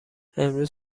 امروز